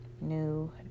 New